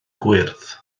gwyrdd